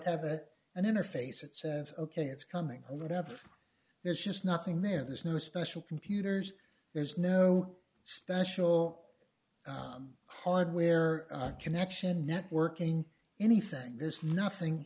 have it and interface it says ok it's coming whatever there's just nothing there there's no special computers there's no special hardware connection networking anything there's nothing